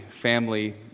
family